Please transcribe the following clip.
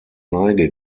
neige